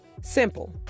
simple